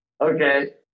Okay